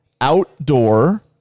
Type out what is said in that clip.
outdoor